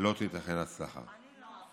לא תיתכן הצלחה.